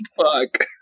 Fuck